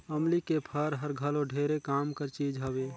अमली के फर हर घलो ढेरे काम कर चीज हवे